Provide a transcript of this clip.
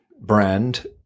brand